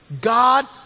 God